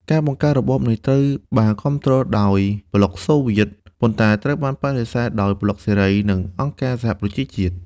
ការបង្កើតរបបនេះត្រូវបានគាំទ្រដោយប្លុកសូវៀត ប៉ុន្តែត្រូវបានបដិសេធដោយប្លុកសេរី និងអង្គការសហប្រជាជាតិ។